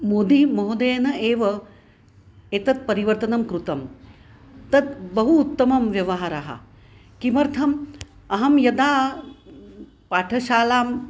मोदी महोदयेन एव एतत् परिवर्तनं कृतं तत् बहु उत्तमः व्यवहारः किमर्थम् अहं यदा पाठशालां